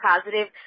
positive